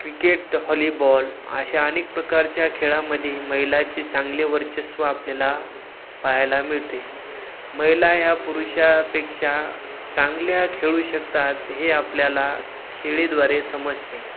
cricket volleyball अशा अनेक प्रकारच्या खेळामध्ये महिलाचे चांगले वर्चस्व आपल्याला पाहायला मिळते महिला ह्या पुरुषापेक्षा चांगल्या खेळू शकतात हे आपल्याला खेळाद्वारे समजते